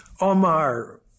Omar